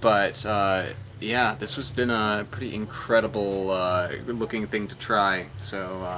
but yeah, this has been a pretty incredible looking thing to try so